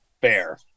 Fair